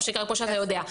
כמו שאתה יודע.